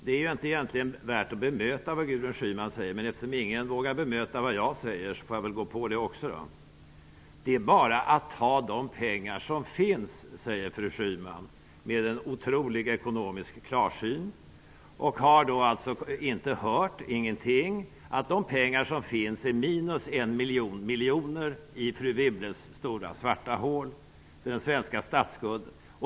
Det är egentligen inte värt att bemöta vad Gudrun Schyman säger, men eftersom ingen vågar bemöta vad jag säger, får jag väl gå på hennes uttalanden också. Det är bara att ta de pengar som finns, säger fru Schyman, med en otrolig ekonomisk klarsyn. Hon har alltså inte hört någonting. Hon har inte hört att de pengar som finns är minus en miljon miljoner i fru Wibbles stora svarta hål, dvs. den svenska statsskulden.